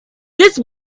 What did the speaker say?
this